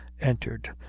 entered